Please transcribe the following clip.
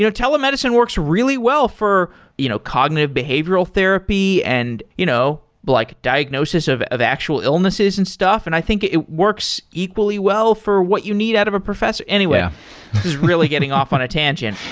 you know telemedicine works really well for you know cognitive behavioral therapy, and you know like diagnosis of it of actual illnesses and stuff. and i think it works equally well for what you need out of a professor. anyway, this is really getting off on a tangent.